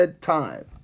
time